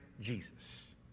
Jesus